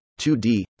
2D